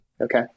Okay